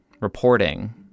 reporting